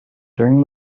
during